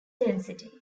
density